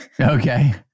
Okay